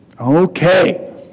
Okay